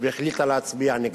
והחליטה להצביע נגדה.